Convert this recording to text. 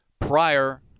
prior